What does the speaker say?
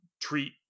treat